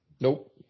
Nope